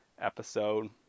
episode